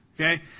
Okay